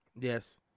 Yes